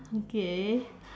okay